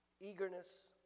eagerness